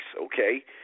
Okay